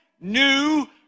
new